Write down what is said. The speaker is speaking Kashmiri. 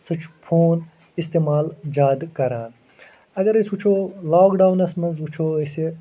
سُہ چھُ فون استعمال زیادٕ کَران اگر أسۍ وٕچھو لاک ڈاونس منٛز وٕچھو أسۍ یہِ